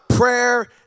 prayer